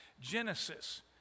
Genesis